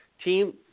team